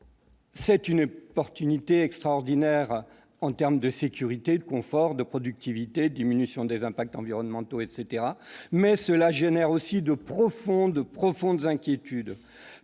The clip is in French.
d'une occasion extraordinaire en termes de sécurité, de confort, de productivité, de diminution des impacts environnementaux. Toutefois, cela crée de profondes inquiétudes.